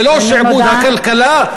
ולא שעבוד הכלכלה,